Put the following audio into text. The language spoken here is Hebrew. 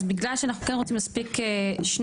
אז בגלל שאנחנו כן רוצים להספיק שניים,